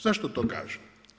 Zašto to kažem?